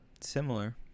Similar